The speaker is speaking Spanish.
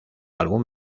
algún